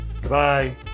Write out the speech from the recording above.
Goodbye